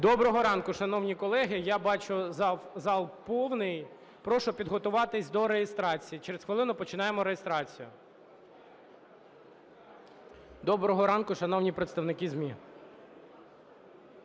Доброго ранку, шановні колеги! Я бачу, зал повний. Прошу підготуватись до реєстрації, через хвилину починаємо реєстрацію. Доброго ранку, шановні представники ЗМІ